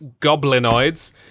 Goblinoids